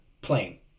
Plain